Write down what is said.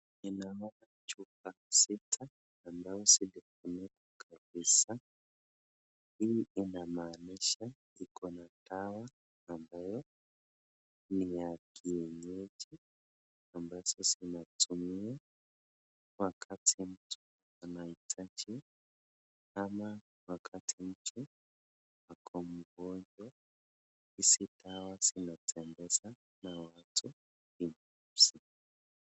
ninaona chupa sita ambazo zilifunikwa kabisa. Hii inamaanisha iko na dawa ambayo ni ya kienyeji ambazo zinatumia wakati mtu anahitaji ama wakati mtu ako mgonjwa. Hizi dawa zinatengenezwa na watu.